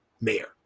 mayor